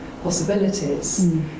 Possibilities